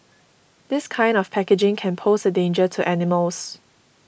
this kind of packaging can pose a danger to animals